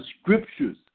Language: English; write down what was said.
scriptures